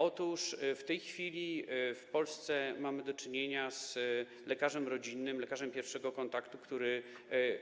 Otóż w tej chwili w Polsce mamy do czynienia z lekarzem rodzinnym, lekarzem pierwszego kontaktu, który